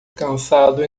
cansado